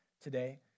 today